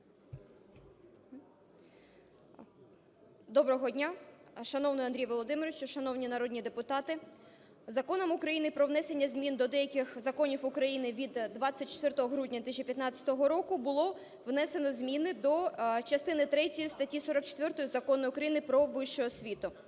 Доброго дні! Шановний Андрій Володимировичу, шановні народні депутати! Законом України про внесення зміни до деяких законів України від 24 грудня 2015 року було внесено зміни до частини третьої статті 44 Закону України "Про вищу освіту".